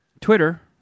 Twitter